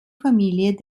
familie